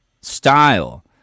style